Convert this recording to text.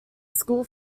school